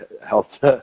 health